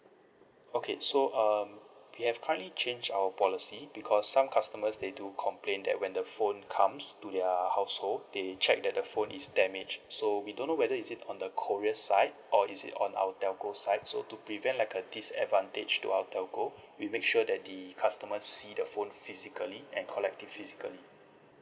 okay so um we have currently changed our policy because some customers they do complain that when the phone comes to their household they check that the phone is damaged so we don't know whether is it on the courier side or is it on our telco side so to prevent like a disadvantage to our telco we make sure that the customer see the phone physically and collect it physically